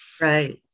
Right